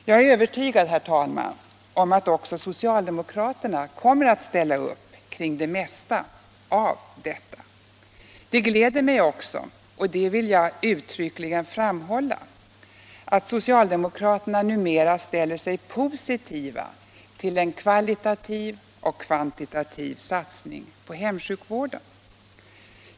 Jag är övertygad, herr talman, om att också socialdemokraterna kommer att ställa upp kring det mesta av detta. Det gläder mig också — och det vill jag uttryckligen framhålla — att socialdemokraterna numera ställer sig positiva till en kvantitativ och kvalitativ satsning på hemsjukvården.